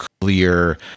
clear